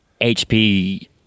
HP